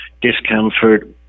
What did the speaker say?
discomfort